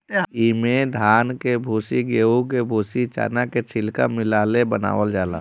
इमे धान के भूसी, गेंहू के भूसी, चना के छिलका मिला ले बनावल जाला